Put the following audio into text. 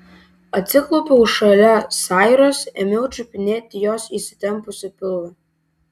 atsiklaupiau šalia sairos ėmiau čiupinėti jos įsitempusį pilvą